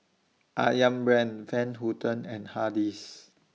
Ayam Brand Van Houten and Hardy's